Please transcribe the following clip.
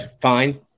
fine